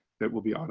that will be, um